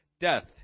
Death